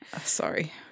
Sorry